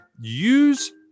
Use